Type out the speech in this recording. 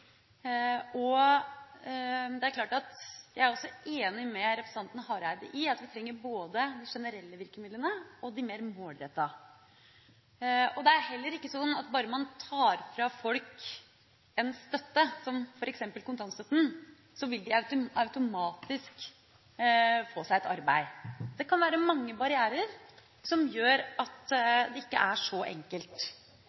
Jeg er enig med representanten Hareide i at vi trenger både de generelle virkemidlene og de mer målrettede. Det er heller ikke sånn at bare man tar fra folk en støtte, som f.eks. kontantstøtten, vil de automatisk få seg et arbeid. Det kan være mange barrierer som gjør at